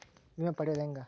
ವಿಮೆ ಪಡಿಯೋದ ಹೆಂಗ್?